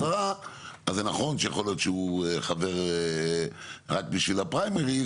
הצהרה זה נכון שיכול להיות שהוא חבר רק בשביל הפריימריז,